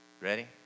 Ready